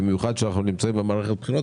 במיוחד שאנחנו נמצאים במערכת בחירות,